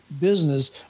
business